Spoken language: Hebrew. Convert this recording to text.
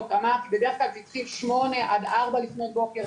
בדרך כלל זה התחיל משמונה עד ארבע לפנות בוקר,